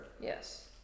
Yes